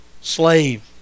slave